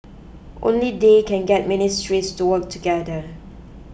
only they can get ministries to work together